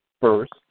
first